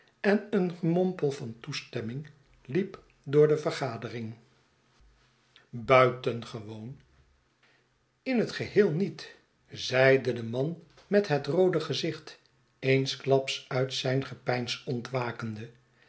en een gemompel van toestemming liep door de vergadering buitengewoon in het geheel niet zeide de man met het roode gezicht eensklaps uit zijn gepeins ontwakende